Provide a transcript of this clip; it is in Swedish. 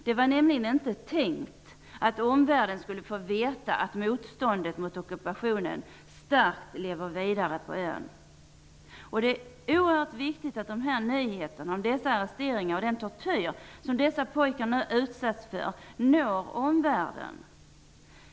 Det var inte tänkt att omvärlden skulle få veta att motståndet mot ockupationen starkt lever vidare på ön. Det är viktigt att nyheter om dessa arresteringar och den tortyr dessa pojkar har utsatts för når omvärlden.